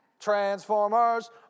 Transformers